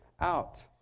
out